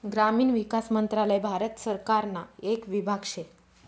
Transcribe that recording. ग्रामीण विकास मंत्रालय भारत सरकारना येक विभाग शे